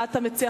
מה אתה מציע,